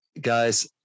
guys